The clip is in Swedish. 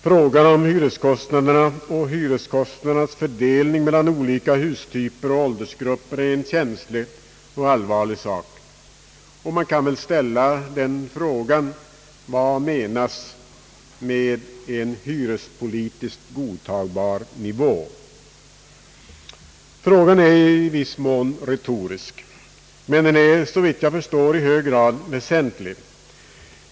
Frågan om hyreskostnaderna och hyreskostnadernas fördelning mellan olika hyrestyper och åldersgrupper är en känslig och allvarlig sak, och man kan väl ställa den frågan: Vad menas med en hyrespolitiskt godtagbar nivå? Frågan är i viss mån retorisk, men den är såvitt jag förstår i hög grad väsentlig.